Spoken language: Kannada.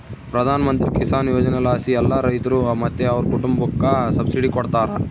ಪ್ರಧಾನಮಂತ್ರಿ ಕಿಸಾನ್ ಯೋಜನೆಲಾಸಿ ಎಲ್ಲಾ ರೈತ್ರು ಮತ್ತೆ ಅವ್ರ್ ಕುಟುಂಬುಕ್ಕ ಸಬ್ಸಿಡಿ ಕೊಡ್ತಾರ